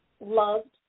loved